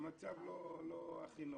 המצב לא הכי נוח.